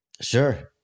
Sure